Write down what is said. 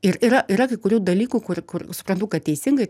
ir yra yra kai kurių dalykų kur kur suprantu kad teisingai